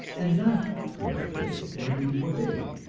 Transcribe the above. and not to lift it when he forbade.